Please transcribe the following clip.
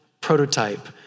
prototype